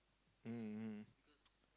mm mm mm